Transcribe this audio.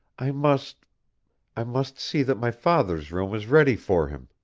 i must i must see that my father's room is ready for him,